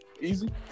easy